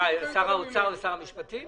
מה שר האוצר ושר המשפטים?